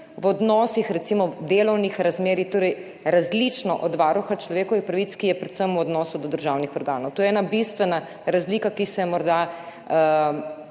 v odnosih, recimo v delovnih razmerjih, torej različno od Varuha človekovih pravic, ki je predvsem v odnosu do državnih organov. To je ena bistvena razlika, ki se je morda